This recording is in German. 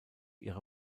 ihre